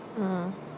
mm